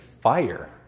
fire